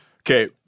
Okay